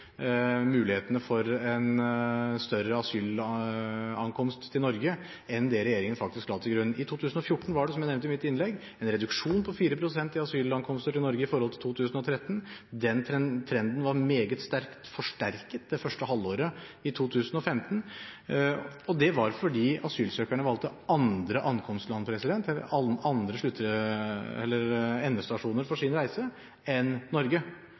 mulighetene for en større asylankomst til Norge enn det regjeringen faktisk la til grunn. I 2014 var det, som jeg nevnte i mitt innlegg, en reduksjon på 4 pst. i asylankomster til Norge i forhold til 2013. Den trenden ble forsterket det første halvåret i 2015, og det var fordi asylsøkerne valgte andre